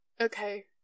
okay